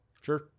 Sure